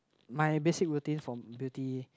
my basic routine for beauty